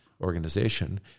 organization